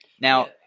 now